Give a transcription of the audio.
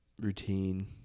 routine